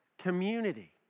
community